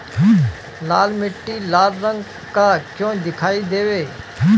लाल मीट्टी लाल रंग का क्यो दीखाई देबे?